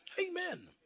Amen